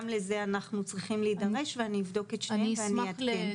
גם לה אנחנו צריכים להידרש ואני אבדוק את שניהם ואני אעדכן.